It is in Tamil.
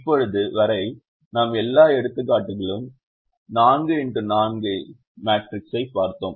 இப்போது வரை நாம் எல்லா எடுத்துக்காட்டுகளிலும் 4 x 4 ஐப் பார்த்தோம்